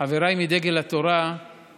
חבריי מדגל התורה,